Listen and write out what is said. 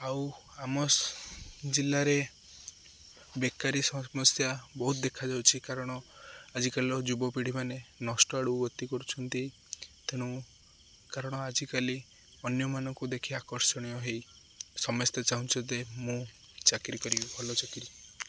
ଆଉ ଆମ ଜିଲ୍ଲାରେ ବେକାରୀ ସମସ୍ୟା ବହୁତ ଦେଖାଯାଉଛି କାରଣ ଆଜିକାଲିର ଯୁବପିଢ଼ି ମମାନେ ନଷ୍ଟ ଆଡ଼ୁ ଅତି କରୁଛନ୍ତି ତେଣୁ କାରଣ ଆଜିକାଲି ଅନ୍ୟମାନଙ୍କୁ ଦେଖି ଆକର୍ଷଣୀୟ ହେଇ ସମସ୍ତେ ଚାହୁଁଚ ଯେ ମୁଁ ଚାକିରିୀ କରିବି ଭଲ ଚାକିରିୀ